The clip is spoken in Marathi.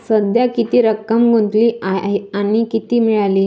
सध्या किती रक्कम गुंतवली आणि किती मिळाली